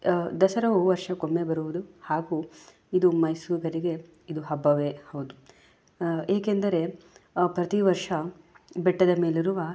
ದಸರವು ವರ್ಷಕ್ಕೊಮ್ಮೆ ಬರುವುದು ಹಾಗೂ ಇದು ಮೈಸೂರಿಗರಿಗೆ ಇದು ಹಬ್ಬವೇ ಹೌದು ಏಕೆಂದರೆ ಪ್ರತಿ ವರ್ಷ ಬೆಟ್ಟದ ಮೇಲಿರುವ